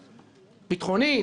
ביטחונית,